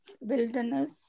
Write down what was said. Wilderness